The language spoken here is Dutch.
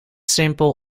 simpel